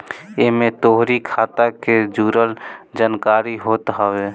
एमे तोहरी खाता के जुड़ल जानकारी होत हवे